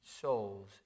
souls